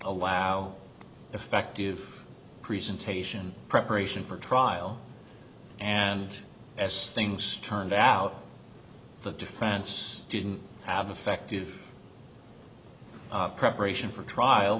allow effective presentation preparation for trial and as things turned out the defense didn't have effective preparation for trial